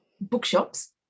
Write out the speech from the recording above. bookshops